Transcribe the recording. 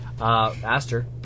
Aster